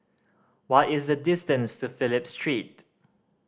what is the distance to Phillip Street